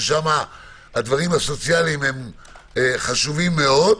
ששם הדברים הסוציאליים הם חשובים מאוד,